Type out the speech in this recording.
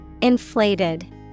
Inflated